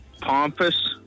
pompous